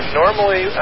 normally